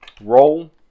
Roll